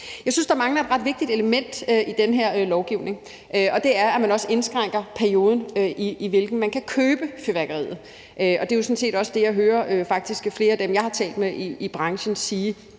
Jeg synes, at der mangler et ret vigtigt element i den her lovgivning, og det er, at man også indskrænker perioden, i hvilken man kan købe fyrværkeriet. Og det er sådan set også det, jeg hører flere af dem, jeg har talt med i branchen, sige.